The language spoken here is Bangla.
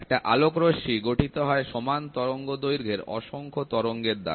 একটা আলোকরশ্মি গঠিত হয় সমান তরঙ্গদৈর্ঘ্যের অসংখ্য তরঙ্গের দ্বারা